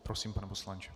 Prosím, pane poslanče.